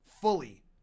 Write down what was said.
fully